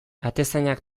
atezainak